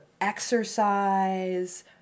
exercise